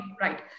right